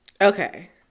Okay